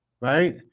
Right